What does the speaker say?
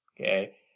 okay